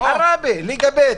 ערבה, ליגה ב'.